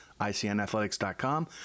icnathletics.com